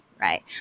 right